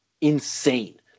insane